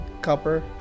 copper